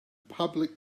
public